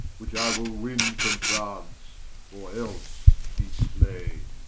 which i will win from france, or else be slaine.